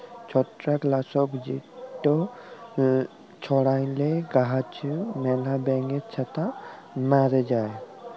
ছত্রাক লাসক যেট ছড়াইলে গাহাচে ম্যালা ব্যাঙের ছাতা ম্যরে যায়